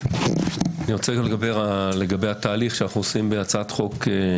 אני רוצה לדבר על תהליך הדיון בוועדה בהצעת חוק זו,